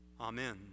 amen